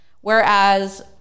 Whereas